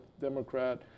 Democrat